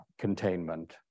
containment